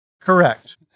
correct